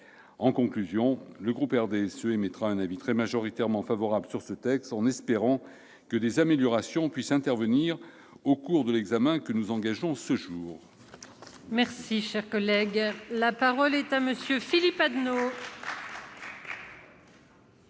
En conclusion, le groupe du RDSE émettra un avis très majoritairement favorable sur ce texte, en espérant que des améliorations puissent intervenir au cours de l'examen que nous engageons ce jour.